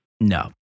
No